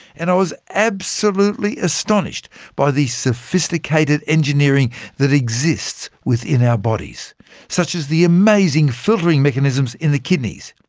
and i was absolutely astonished by the sophisticated engineering that exists within our bodies such as the amazing filtering mechanisms in the kidneys.